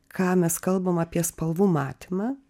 ką mes kalbam apie spalvų matymą